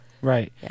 Right